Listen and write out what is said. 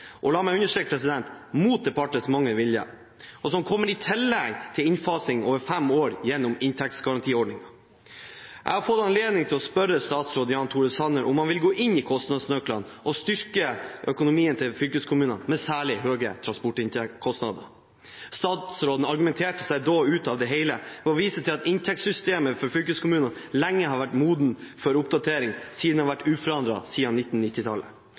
og la meg understreke mot departementets vilje – som kommer i tillegg til innfasing over fem år gjennom inntektsgarantiordningen. Jeg har fått anledning til å spørre statsråd Jan Tore Sanner om han vil gå inn i kostnadsnøkkelen og styrke økonomien til fylkeskommuner med særlig høye transportkostnader. Statsråden argumenterte seg ut av det hele ved å vise til at inntektssystemet for fylkeskommunene lenge har vært modent for oppdatering, siden det har vært